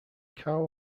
cao